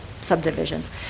subdivisions